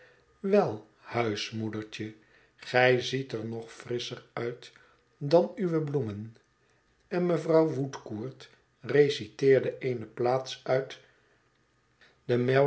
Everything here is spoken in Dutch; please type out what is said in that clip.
wel huismoedertje gij ziet er nog frisscher uit dan uwe bloemen en mevrouw woodcourt reciteerde eene plaats uit